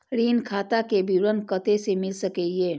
ऋण खाता के विवरण कते से मिल सकै ये?